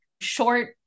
short